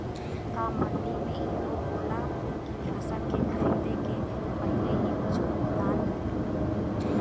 का मंडी में इहो होला की फसल के खरीदे के पहिले ही कुछ भुगतान मिले?